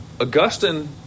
Augustine